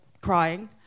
crying